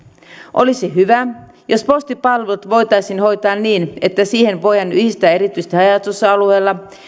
olisi hyvä jos postipalvelut voitaisiin hoitaa niin että siihen voidaan yhdistää erityisesti haja asutusalueella